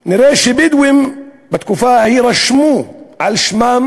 נראה שבדואים בתקופה ההיא רשמו על שמם